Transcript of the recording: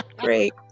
great